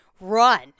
run